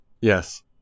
Yes